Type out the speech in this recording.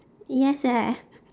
yes eh